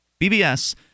BBS